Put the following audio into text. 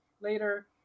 later